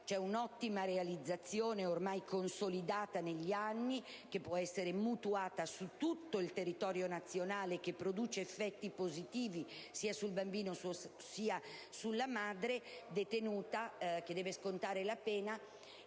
ICAM. Un'ottima struttura ormai consolidata negli anni, che può essere mutuata su tutto il territorio nazionale e che produce effetti positivi sia sul bambino sia sulla madre detenuta che deve scontare la pena